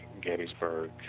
Gettysburg